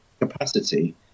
capacity